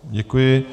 Děkuji.